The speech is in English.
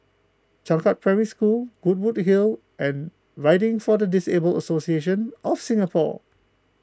Changkat Primary School Goodwood Hill and Riding for the Disabled Association of Singapore